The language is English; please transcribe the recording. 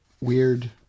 weird